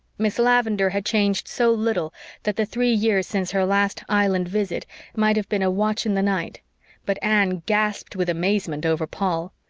miss lavendar had changed so little that the three years since her last island visit might have been a watch in the night but anne gasped with amazement over paul.